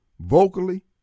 vocally